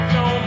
no